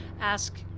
ask